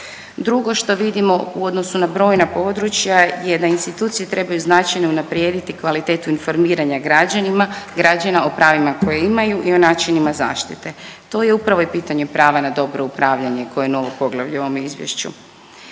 drugo što vidimo u odnosu na brojna područja je da institucije trebaju značajno unaprijediti kvalitetu informiranja građana o pravima koje imaju i o načinima zaštite. To je upravo i pitanje prava na dobro upravljanje koje je novo poglavlje u ovom Izvješću.